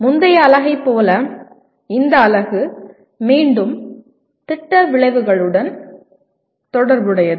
முந்தைய அலகை போல இந்த அலகு மீண்டும் திட்ட விளைவுகளுடன் தொடர்புடையது